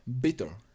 bitter